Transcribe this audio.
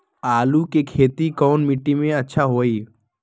आलु के खेती कौन मिट्टी में अच्छा होइ?